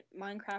Minecraft